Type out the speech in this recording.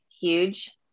huge